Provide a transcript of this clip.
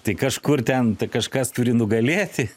tai kažkur ten t kažkas turi nugalėti